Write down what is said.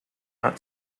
had